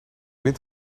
wind